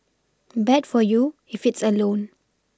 bad for you if it's a loan